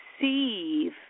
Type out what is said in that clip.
receive